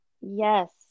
Yes